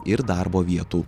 ir darbo vietų